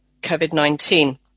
COVID-19